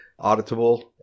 auditable